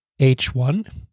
H1